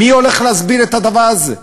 מי הולך להסביר את הדבר הזה?